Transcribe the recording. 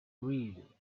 read